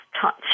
touch